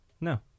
No